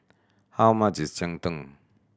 how much is cheng tng